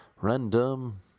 Random